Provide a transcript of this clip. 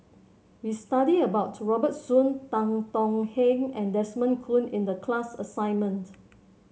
we study about Robert Soon Tan Tong Hye and Desmond Kon in the class assignment